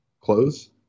close